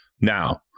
Now